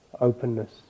openness